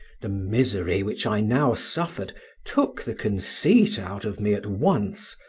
the misery which i now suffered took the conceit out of me at once,